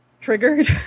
triggered